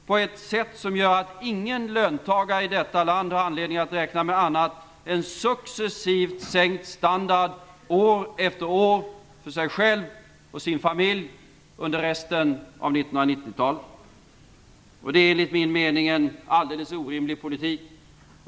och på ett sätt som gör att ingen löntagare i detta land har anledning att räkna med annat än successivt sänkt standard år efter år för sig själv och sin familj under resten av 1990-talet. Det är enligt min mening en alldeles orimlig politik.